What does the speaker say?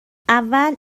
اول